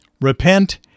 Repent